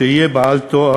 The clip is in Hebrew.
בין היתר,